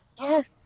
Yes